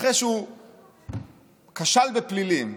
אחרי שהוא כשל בפלילים,